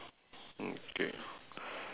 okay